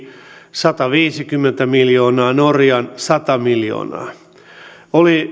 sataviisikymmentä miljoonaa norjan sata miljoonaa oli